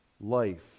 Life